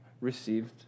received